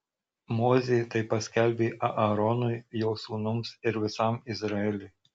mozė tai paskelbė aaronui jo sūnums ir visam izraeliui